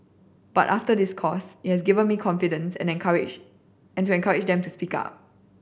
but after this course it have given me confidence and encourage and into encourage them to speak up